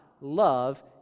love